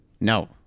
no